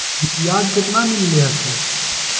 बियाज केतना मिललय से?